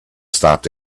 stopped